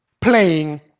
playing